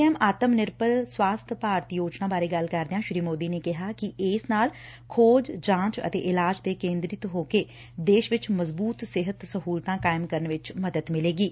M ਪੀ ਆਤਮ ਨਿਰਭਰ ਸਵਾਸਬ ਭਾਰਤ ਯੋਜਨਾ ਬਾਰੇ ਗੱਲ ਕਰਦਿਆਂ ਸ਼ੀ ਮੋਦੀ ਨੇ ਕਿਹਾ ਕਿ ਇਸ ਨਾਲ ਖੋਜ ਜਾਂਚ ਅਤੇ ਇਲਾਜ ਤੇ ਕੇਦਰਿਤ ਹੋ ਕੇ ਦੇਸ਼ ਵਿਚੋ ਮਜ਼ਬੂਤ ਸਿਹਤ ਸਹੁਲਤਾ ਕਾਇਮ ਕਰਨ ਚ ਮਦਦ ਮਿਲੇਗੀ